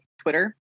Twitter